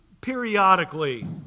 periodically